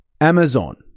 Amazon